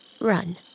run